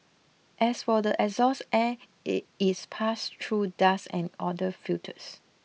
as for the exhaust air it is passed through dust and odour filters